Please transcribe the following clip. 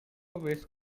waste